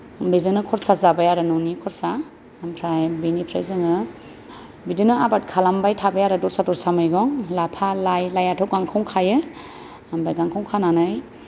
बेजोंनो खरसा जाबाय आरो न'नि खरसा ओमफ्राय बेनिफ्राय जोङो बिदिनो आबाद खालामबाय थाबाय आरो दस्रा दस्रा मैगं लाफा लाइ लाइआथ' गांखं खायो ओमफ्राय गांखं खानानै